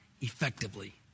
effectively